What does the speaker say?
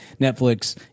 netflix